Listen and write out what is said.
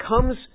comes